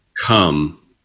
come